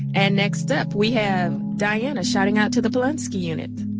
and next up, we have diana shouting out to the polunsky unit